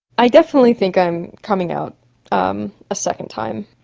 i definitely think i'm coming out um a second time,